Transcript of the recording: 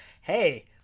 hey